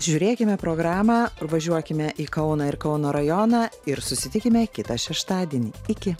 žiūrėkime programą ir važiuokime į kauną ir kauno rajoną ir susitikime kitą šeštadienį iki